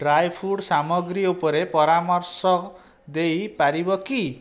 dry fruit ସାମଗ୍ରୀ ଉପରେ ପରାମର୍ଶ ଦେଇ ପାରିବ କି